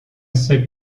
assai